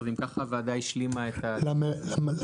אם ככה הוועדה השלימה את ההצבעה.